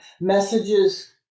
messages